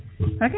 Okay